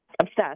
Obsessed